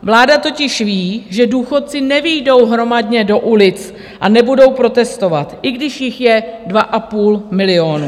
Vláda totiž ví, že důchodci nevyjdou hromadně do ulic a nebudou protestovat, i když jich je 2,5 milionu.